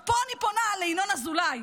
פה אני פונה לינון אזולאי.